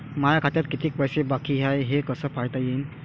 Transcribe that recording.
माया खात्यात कितीक पैसे बाकी हाय हे कस पायता येईन?